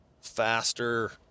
faster